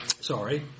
Sorry